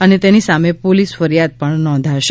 અને તેની સામે પોલીસ ફરિયાદ પણ નોંધાશે